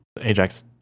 Ajax